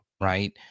right